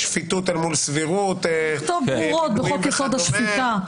שפיטות מול סבירות --- לכתוב ברורות בחוק-יסוד: השפיטה,